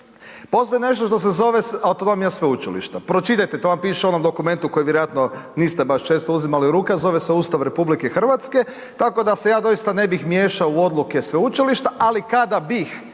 postoji nešto što se zove autonomija sveučilišta, pročitajte, to vam piše u onom dokumentu kojeg vjerojatno niste baš često uzimali u ruke, a zove se Ustav RH, tako da se ja doista ne bih miješao u odluke sveučilišta, ali kada bih